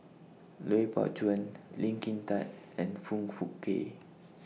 Lui Pao Chuen Lee Kin Tat and Foong Fook Kay